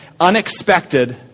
unexpected